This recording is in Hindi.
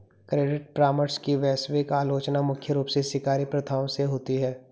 क्रेडिट परामर्श की वैश्विक आलोचना मुख्य रूप से शिकारी प्रथाओं से होती है